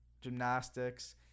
gymnastics